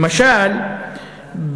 למשל,